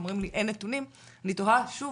אומרים לי אין נתונים אני תוהה שוב,